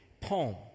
poem